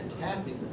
fantastic